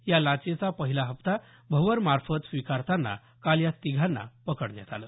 या लाचेचा पहिला हप्ता भवर मार्फत स्वीकारताना काल या तिघांना पकडण्यात आलं